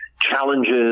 challenges